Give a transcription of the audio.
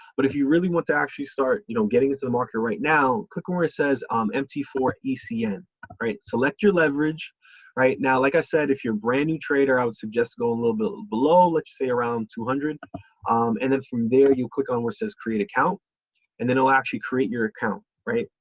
but if you really want to actually start, you know getting into the market right now click on where it says on m t four ecn. alright select your leverage right now like i said, if you're brand new trader, i would suggest to go a and little bit below let's say around two hundred um and then from there you click on where says create account and then it'll actually create your account right,